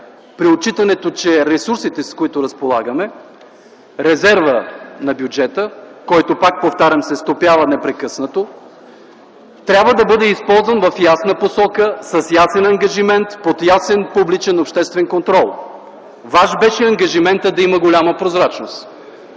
При отчитането, че ресурсите, с които разполагаме, резервът на бюджета, който, пак повтарям, се стопява непрекъснато, трябва да бъде използван в ясна посока, с ясен ангажимент, под ясен публичен обществен контрол. Ваш беше ангажиментът да има голяма прозрачност.